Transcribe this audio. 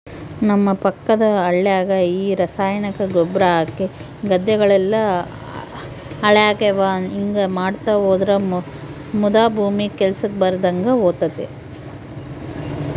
ನಮ್ಮ ಪಕ್ಕದ ಹಳ್ಯಾಗ ಈ ರಾಸಾಯನಿಕ ಗೊಬ್ರ ಹಾಕಿ ಗದ್ದೆಗಳೆಲ್ಲ ಹಾಳಾಗ್ಯಾವ ಹಿಂಗಾ ಮಾಡ್ತಾ ಹೋದ್ರ ಮುದಾ ಭೂಮಿ ಕೆಲ್ಸಕ್ ಬರದಂಗ ಹೋತತೆ